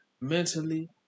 mentally